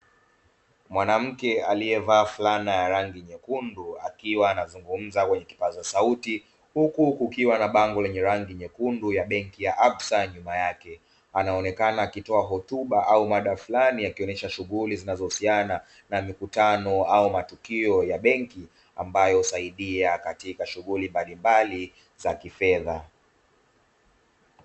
Mwanamke aliyevaa fulana ya rangi nyekundu akiwa anazungumza kwenye kipaza sauti, huku kukiwa na bango lenye rangi nyekundu ya benki ya (UPSA) nyuma yake anaonekana akitoa hotuba au mada fulani yakionyesha shughuli zinazohusiana na mikutano au matukio ya benki ambayo saidia katika shughuli mbalimbali za kifedha.